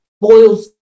boils